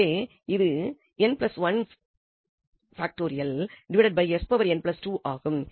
எனவே இது ஆகும்